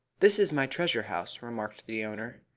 this is my treasure house, remarked the owner.